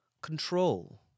control